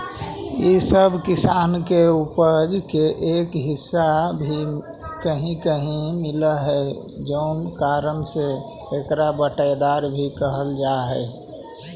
इ सब किसान के उपज के एक हिस्सा भी कहीं कहीं मिलऽ हइ जउन कारण से एकरा बँटाईदार भी कहल जा हइ